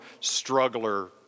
struggler